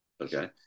Okay